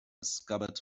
scabbard